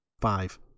Five